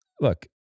Look